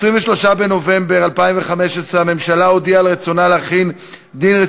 20 בעד, שלושה מתנגדים, אין נמנעים.